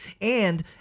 and-